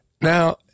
Now